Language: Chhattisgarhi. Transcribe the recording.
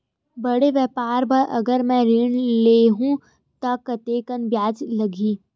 बड़े व्यापार बर अगर मैं ऋण ले हू त कतेकन ब्याज लगही?